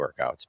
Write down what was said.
workouts